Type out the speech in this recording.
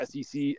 SEC